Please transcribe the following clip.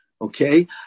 okay